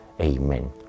amen